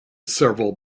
several